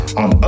on